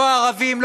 לא הערבים,